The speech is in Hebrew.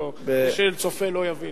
מי שצופה לא יבין.